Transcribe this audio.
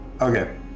Okay